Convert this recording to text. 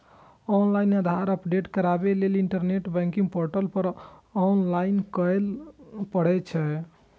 online Aadhaar update कराबै लेल internet banking portal पर लॉगइन करय पड़ै छै